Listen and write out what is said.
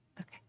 Okay